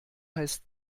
heißt